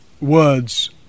words